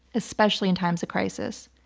especially in times of crisis.